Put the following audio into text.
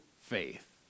faith